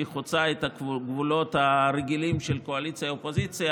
היא חוצה את הגבולות הרגילים של קואליציה אופוזיציה,